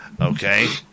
Okay